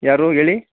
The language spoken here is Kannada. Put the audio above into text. ಯಾರು ಹೇಳಿ